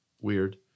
weird